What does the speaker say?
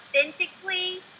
authentically